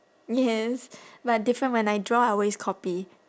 yes but different when I draw I always copy